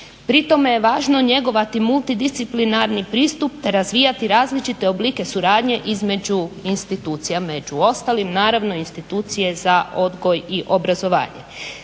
Pri tome je važno njegovati multidisciplinarni pristup te razvijati različite oblike suradnje između institucija, među ostalim naravno institucije za odgoj i obrazovanje.